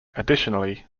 additionally